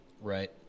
Right